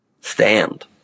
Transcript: stand